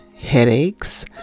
headaches